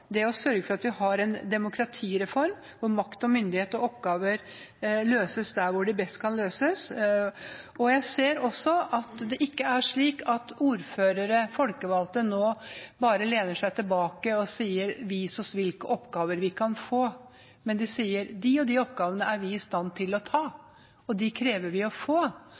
det å sørge for at vi har en demokratireform, hvor makt og myndighet og oppgaver løses der hvor de best kan løses. Jeg ser også at det ikke er slik at ordførere, folkevalgte, nå bare lener seg tilbake og sier: Vis oss hvilke oppgaver vi kan få! De sier: De og de oppgavene er vi i stand til å ta, og dem krever vi å få,